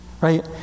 Right